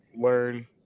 learn